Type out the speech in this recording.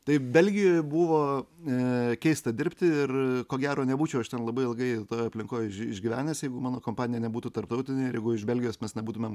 tai belgijoje buvo keista dirbti ir ko gero nebūčiau aš ten labai ilgai toje aplinkoj išgyvenęs jeigu mano kompanija nebūtų tarptautinė ir jeigu iš belgijos mes nebūtumėm